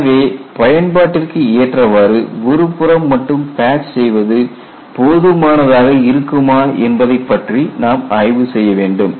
எனவே பயன்பாட்டிற்கு ஏற்றவாறு ஒரு புறம் மட்டும் பேட்ச் செய்வது போதுமானதாக இருக்குமா என்பதைப் பற்றி நாம் ஆய்வு செய்ய வேண்டும்